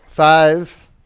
Five